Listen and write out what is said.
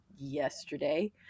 yesterday